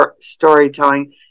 storytelling